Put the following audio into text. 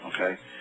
okay